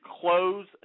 close